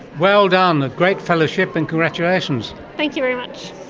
well done, a great fellowship and congratulations. thank you very much.